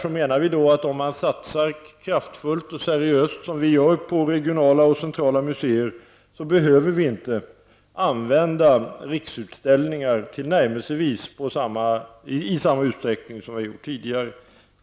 Vi menar att vi, om vi satsar kraftfullt och seriöst på regionala och centrala museer, inte behöver använda Riksutställningar i tillnärmelsevis samma utsträckning som tidigare.